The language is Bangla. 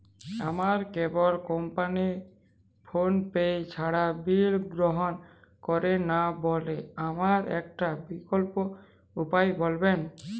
আমার কেবল কোম্পানী ফোনপে ছাড়া বিল গ্রহণ করে না বলে আমার একটা বিকল্প উপায় বলবেন?